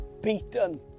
Beaten